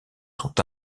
sont